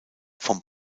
vom